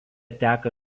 teka